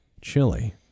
Chili